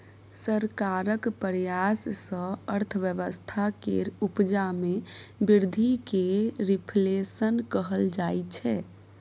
सरकारक प्रयास सँ अर्थव्यवस्था केर उपजा मे बृद्धि केँ रिफ्लेशन कहल जाइ छै